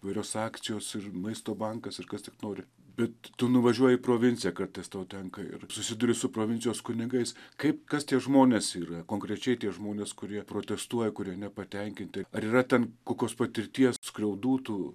įvairios akcijos ir maisto bankas ir kas tik nori bet tu nuvažiuoji į provinciją kartais tenka ir susiduri su provincijos kunigais kaip kas tie žmonės yra konkrečiai tie žmonės kurie protestuoja kurie nepatenkinti ar yra ten kokios patirties skriaudų tų